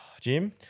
Jim